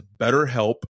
BetterHelp